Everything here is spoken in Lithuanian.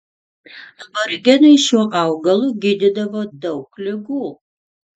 aborigenai šiuo augalu gydydavo daug ligų